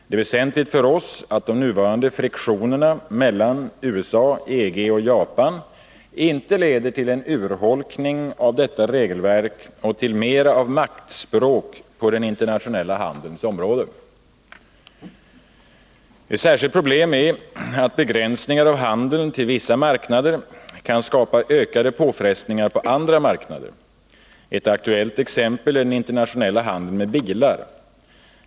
Det är väsentligt för oss att de nuvarande friktionerna mellan USA, EG och Japan inte leder till en urholkning av detta regelverk och till mera av maktspråk på den internationella handelns område. Ett särskilt problem är att begränsningar av handeln till vissa marknader kan skapa ökade påfrestningar på andra marknader. Ett aktuellt exempel är den internationella handeln med bilar.